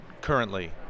currently